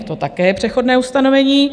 To také je přechodné ustanovení.